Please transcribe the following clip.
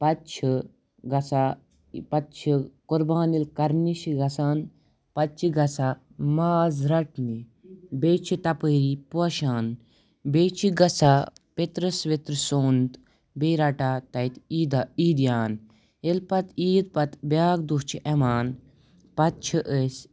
پتہٕ چھِ گَژھان پتہٕ چھِ قۄربان ییٚلہِ کَرنہِ چھِ گَژھان پتہٕ چھِ گَژھان ماز رَٹنہِ بیٚیہِ چھِ تَپٲری پوشان بیٚیہِ چھِ گَژھان پِترَس وِترٕ سُنٛد بیٚیہِ رَٹان تَتہِ عیٖدیان ییٚلہِ پتہٕ عیٖد پتہٕ بیاکہ دۄہ چھُ یِوان پتہٕ چھِ أسۍ